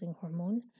hormone